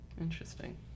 Interesting